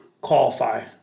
qualify